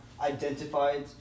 identified